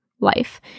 life